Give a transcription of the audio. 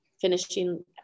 finishing